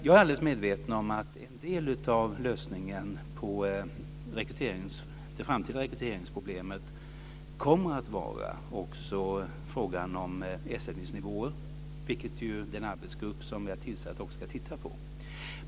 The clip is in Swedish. Jag är alldeles medveten om att en del av lösningen på det framtida rekryteringsproblemet kommer att vara frågan om ersättningsnivåer, vilket den arbetsgrupp som jag har tillsatt också ska titta närmare på.